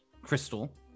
crystal